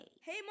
Hey